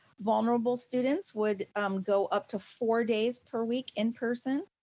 vulnerable students would go up to four days per week in-person.